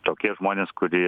tokie žmonės kurie